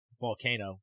volcano